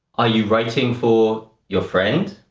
are you writing for your friend,